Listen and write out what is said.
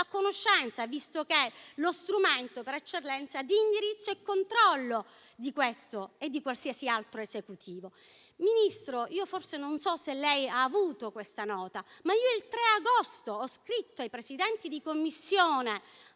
conoscenza, visto che è lo strumento per eccellenza di indirizzo e controllo di questo e di qualsiasi altro Esecutivo. Signor Ministro, non so se abbia avuto questa nota, ma il 3 agosto ho scritto ai Presidenti delle Commissioni